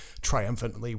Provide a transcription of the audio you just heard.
triumphantly